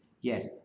Yes